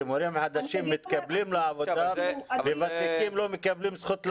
שמורים חדשים מתקבלים לעבודה וותיקים לא מקבלים זכות לעבור.